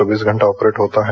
चौबीस घंटा ऑपरेट होता है